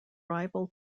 rival